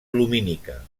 lumínica